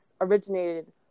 originated